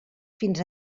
fins